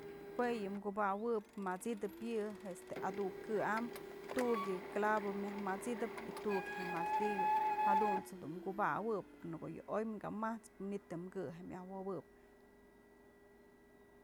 Jue yë kubawëp mat'sitëp yë este adu'uk kë am, tu'uk yë clavo myaj mat'sitëp y tu'uk je'e martillo jadunt's je'e dun kubawëp, në ko'o yë oy ka mat'spë manytë jem kë'ë myaj wobëp.